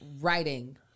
writing